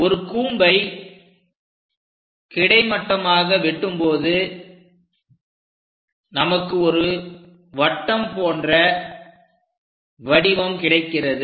ஒரு கூம்பை கிடைமட்டமாக வெட்டும்போது நமக்கு ஒரு வட்டம் போன்ற வடிவம் கிடைக்கிறது